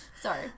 Sorry